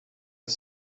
his